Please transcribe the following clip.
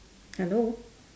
hello